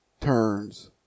turns